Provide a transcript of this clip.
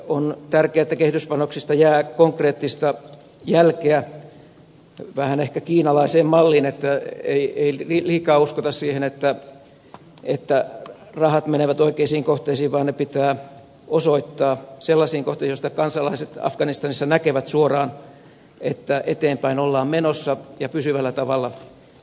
on tärkeää että kehityspanoksista jää konkreettista jälkeä vähän ehkä kiinalaiseen malliin että ei liikaa uskota siihen että rahat menevät oikeisiin kohteisiin vaan ne pitää osoittaa sellaisiin kohteisiin joista kansalaiset afganistanissa näkevät suoraan että eteenpäin ollaan menossa ja pysyvällä tavalla eteenpäin